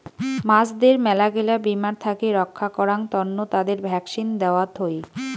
মাছদের মেলাগিলা বীমার থাকি রক্ষা করাং তন্ন তাদের ভ্যাকসিন দেওয়ত হই